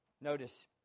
Notice